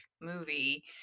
movie